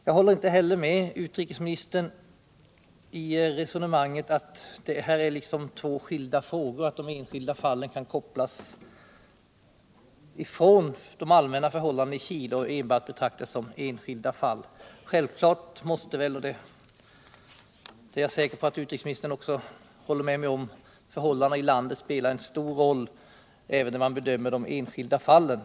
Jag håller inte med utrikesministern i resonemanget att det här är två skilda frågor, att de enskilda fallen kan kopplas ifrån de allmänna förhållandena i Chile och enbart betraktas som enskilda fall. Självfallet måste väl — och det är jag säker på att utrikesministern också håller med mig om — förhållandena i landet spela en stor roll även när man bedömer de enskilda fallen.